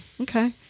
Okay